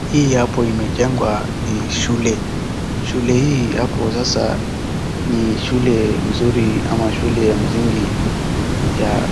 Hii hapo imejengwa ni shule. Shule hii hapo sasa ni shule mzuri ama shule ya msingi, ya